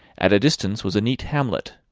at a distance was a neat hamlet,